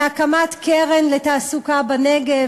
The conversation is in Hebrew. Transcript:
להקמת קרן לתעסוקה בנגב,